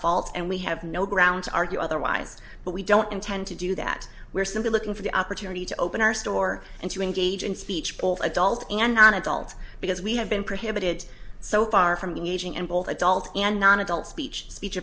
fault and we have no grounds argue otherwise but we don't intend to do that we're simply looking for the opportunity to open our store and to engage in speech both adults and non adults because we have been prohibited so far from using and both adult and non adult speech speech